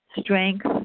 strength